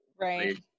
Right